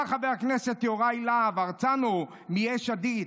אמר חבר הכנסת יוראי להב הרצנו מיש עתיד,